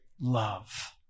love